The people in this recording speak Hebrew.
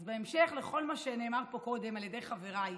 אז בהמשך לכל מה שנאמר פה קודם על ידי חבריי,